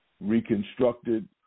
reconstructed